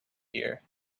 here